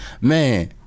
man